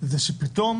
שפתאום